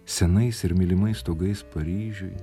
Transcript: senais ir mylimais stogais paryžiuj